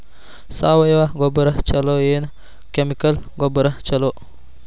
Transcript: ಸಾವಯವ ಗೊಬ್ಬರ ಛಲೋ ಏನ್ ಕೆಮಿಕಲ್ ಗೊಬ್ಬರ ಛಲೋ?